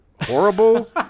horrible